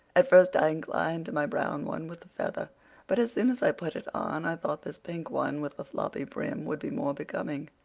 at first i inclined to my brown one with the feather but as soon as i put it on i thought this pink one with the floppy brim would be more becoming.